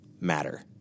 matter